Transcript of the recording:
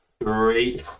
Three